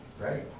Right